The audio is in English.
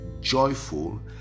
joyful